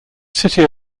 city